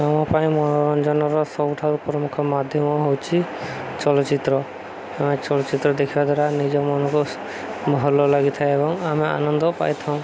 ଆମ ପାଇଁ ମନୋରଞ୍ଜନର ସବୁଠାରୁ ପ୍ରମୁଖ ମାଧ୍ୟମ ହଉଛି ଚଳଚ୍ଚିତ୍ର ଆମେ ଚଳଚ୍ଚିତ୍ର ଦେଖିବା ଦ୍ୱାରା ନିଜ ମନକୁ ଭଲ ଲାଗିଥାଏ ଏବଂ ଆମେ ଆନନ୍ଦ ପାଇଥାଉ